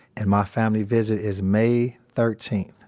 and my family visit is may thirteen,